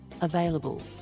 available